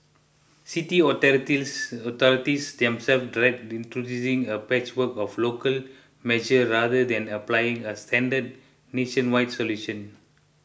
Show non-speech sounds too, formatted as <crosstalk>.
city <unintelligible> authorities themselves dread introducing a patchwork of local measures rather than applying a standard nationwide solution